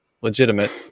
legitimate